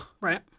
Right